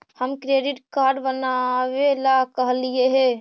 हम credit card बनावे ला कहलिऐ हे?